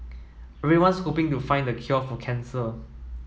everyone's hoping to find the cure for cancer